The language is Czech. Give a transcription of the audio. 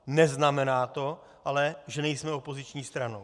Neznamená to ale, že nejsme opoziční strana.